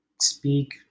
speak